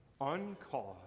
uncaused